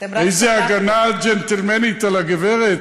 איזו הגנה ג'נטלמנית על הגברת.